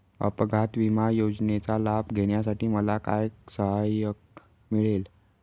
अपघात विमा योजनेचा लाभ घेण्यासाठी मला काय सहाय्य मिळेल?